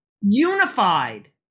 unified